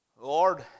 Lord